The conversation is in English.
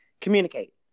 Communicate